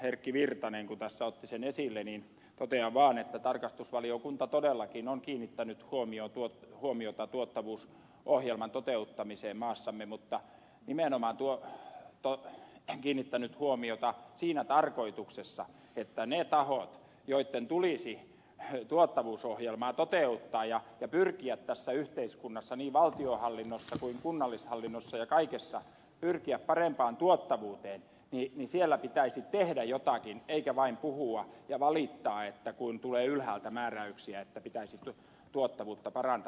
erkki virtanen tässä otti sen esille niin totean vaan että tarkastusvaliokunta todellakin on kiinnittänyt huomiota tuottavuusohjelman toteuttamiseen maassamme mutta nimenomaan kiinnittänyt huomiota siinä tarkoituksessa että niitten tahojen joitten tulisi tuottavuusohjelmaa toteuttaa ja pyrkiä tässä yhteiskunnassa niin valtionhallinnossa kuin kunnallishallinnossa ja kaikessa parempaan tuottavuuteen pitäisi tehdä jotakin eikä vain puhua ja valittaa että kun tulee ylhäältä määräyksiä että pitäisi tuottavuutta parantaa